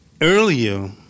Earlier